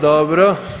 Dobro.